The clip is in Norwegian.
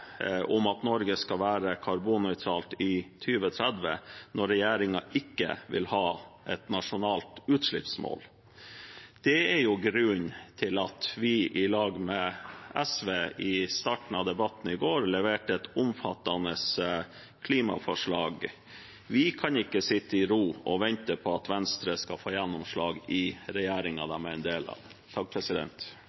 om at Norge skal være karbonnøytralt i 2030 når regjeringen ikke vil ha et nasjonalt utslippsmål? Det er grunnen til at vi, i lag med SV, i starten av debatten i går leverte et omfattende klimaforslag. Vi kan ikke sitte i ro og vente på at Venstre skal få gjennomslag i